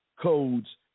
codes